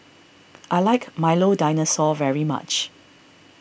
I like Milo Dinosaur very much